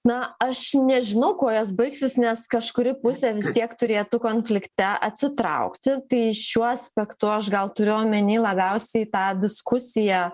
na aš nežinau kuo jos baigsis nes kažkuri pusė tiek turėtų konflikte atsitraukti tai šiuo aspektu aš gal turiu omeny labiausiai tą diskusiją